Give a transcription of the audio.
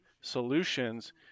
solutions